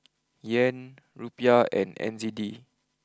Yen Rupiah and N Z D